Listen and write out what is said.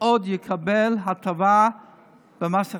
עוד יקבל הטבה במס הכנסה.